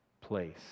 place